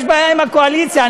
בעיה עם הקואליציה.